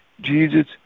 Jesus